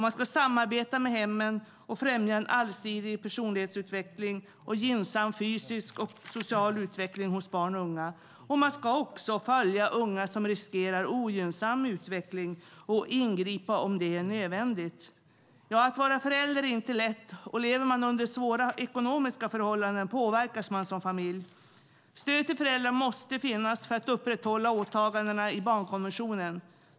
Den ska samarbeta med hemmen och främja en allsidig personlighetsutveckling och en gynnsam fysisk och social utveckling hos barn och unga. Den ska också följa unga som riskerar en ogynnsam utveckling och ingripa om det är nödvändigt. Att vara förälder är inte lätt, och lever man under svåra ekonomiska förhållanden påverkas man som familj. Stödet till föräldrar måste finnas för att upprätthålla åtagandena i barnkonventionen.